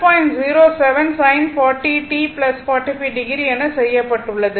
07 sin 40t 45o என செய்யப்பட்டுள்ளது